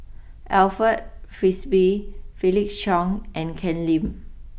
Alfred Frisby Felix Cheong and Ken Lim